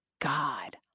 God